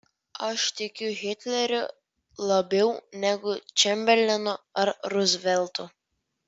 aš tikiu hitleriu labiau negu čemberlenu ar ruzveltu